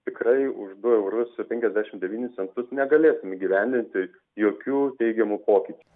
tikrai už du eurus ir penkiasdešim devynis centus negalėsim įgyvendinti jokių teigiamų pokyčių